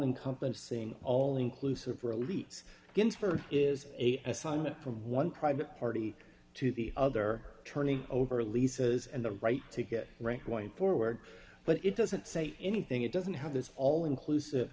encompassing all inclusive release ginsburg is assignment from one private party to the other turning over leases and the right to get ranked going forward but it doesn't say anything it doesn't have this all inclusive